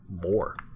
more